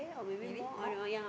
maybe more